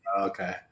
Okay